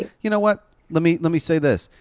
you know what? let me let me say this.